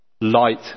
light